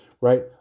right